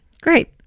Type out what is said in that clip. great